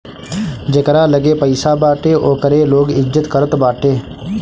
जेकरा लगे पईसा बाटे ओकरे लोग इज्जत करत बाटे